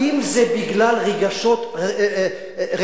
האם זה בגלל רגשות אנטישמיים?